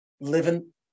living